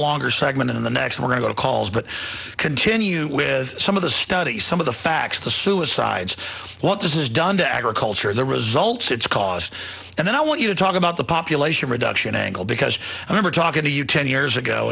longer segment in the next we're going to calls but continue with some of the study some of the facts the suicides what this is done to agriculture the results it's caused and then i want you to talk about the population reduction angle because remember talking to you ten years ago